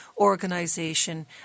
organization